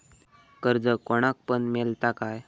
कर्ज कोणाक पण मेलता काय?